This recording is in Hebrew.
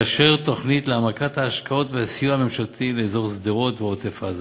לאשר תוכנית להעמקת ההשקעות והסיוע הממשלתי לאזור שדרות ועוטף-עזה.